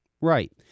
Right